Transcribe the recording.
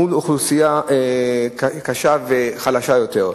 מול אוכלוסייה קשה וחלשה יותר.